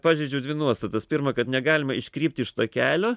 pažeidžiau dvi nuostatas pirma kad negalima iškrypti iš takelio